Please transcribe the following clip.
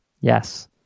Yes